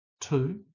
Two